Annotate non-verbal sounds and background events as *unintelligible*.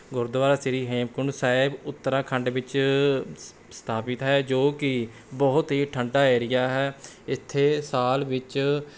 ਗੁਰਦੁਆਰਾ ਸ਼੍ਰੀ ਹੇਮਕੁੰਟ ਸਾਹਿਬ ਉੱਤਰਾਖੰਡ ਵਿੱਚ *unintelligible* ਸਥਾਪਿਤ ਹੈ ਜੋ ਕਿ ਬਹੁਤ ਹੀ ਠੰਡਾ ਏਰੀਆ ਹੈ ਇੱਥੇ ਸਾਲ ਵਿੱਚ